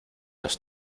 los